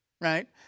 Right